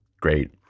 great